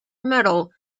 metal